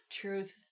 Truth